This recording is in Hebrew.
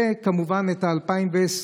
וכמובן של 2020,